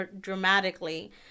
dramatically